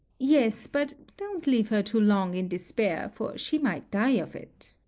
yes but don't leave her too long in despair, for she might die of it.